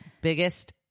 Biggest